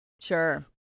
Sure